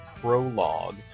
Prologue